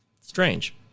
Strange